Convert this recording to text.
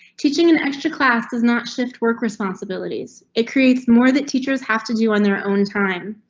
teaching an extra class does not shift work responsibilities, it creates more that teachers have to do on their own time.